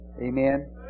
Amen